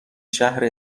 شهر